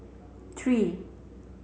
three